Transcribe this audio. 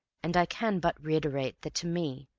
and i can but reiterate, that to me,